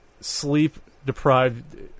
sleep-deprived